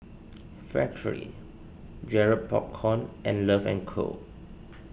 Factorie Garrett Popcorn and Love and Co